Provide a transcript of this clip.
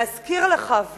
להזכיר לך,